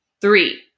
Three